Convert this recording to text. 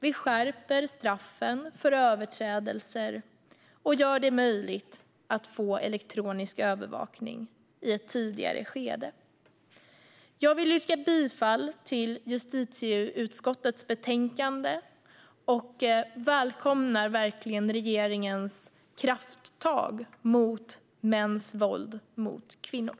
Vi skärper straffen för överträdelser och gör det möjligt att få elektronisk övervakning i ett tidigare skede. Jag vill yrka bifall till förslaget i justitieutskottets betänkande och välkomnar verkligen regeringens krafttag mot mäns våld mot kvinnor.